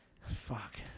Fuck